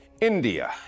India